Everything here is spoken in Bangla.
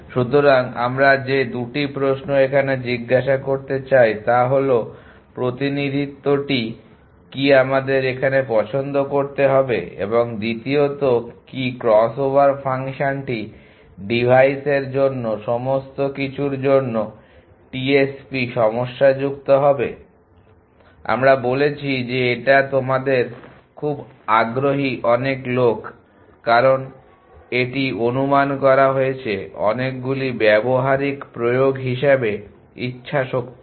সুতরাং আমরা যে 2টি প্রশ্ন এখানে জিজ্ঞাসা করতে চাই তা হল প্রতিনিধিত্বটি কী আমাদের এখানে পছন্দ করতে হবে এবং দ্বিতীয়ত কী ক্রসওভার ফাংশনটি ডিভাইসের জন্য সমস্ত কিছুর জন্য টিএসপি সমস্যাযুক্ত হবে আমরা বলেছি যে এটা তোমাদের খুব আগ্রহী অনেক লোক কারণ এটি অনুমান করা হয়েছে অনেকগুলি ব্যবহারিক প্রয়োগ হিসাবে ইচ্ছাশক্তি